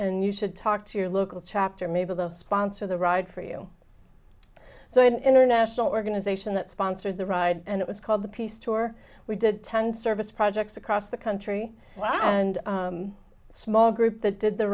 and you should talk to your local chapter maybe the sponsor the ride for you so an international organization that sponsored the ride and it was called the peace tour we did ten service projects across the country and small group that did the